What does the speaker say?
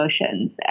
emotions